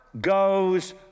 Goes